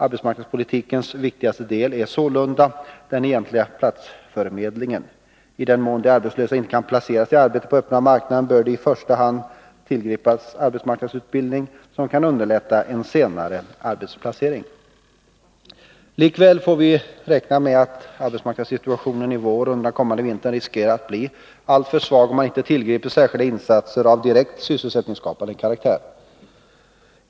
Arbetsmarknadspolitikens viktigaste del är sålunda den egentliga platsförmedlingen. I den mån de arbetslösa inte kan placeras i arbete på den öppna marknaden bör i första hand tillgripas arbetsmarknadsutbildning, som kan underlätta en senare arbetsplacering. Likväl får man räkna med att arbetsmarknadssituationen i vår och under den kommande vintern riskerar att bli alltför svag, om det inte görs särskilda insatser av direkt sysselsättningsskapande karaktär.